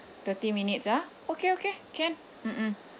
thirty minutes ah okay okay can mm mm